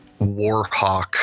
Warhawk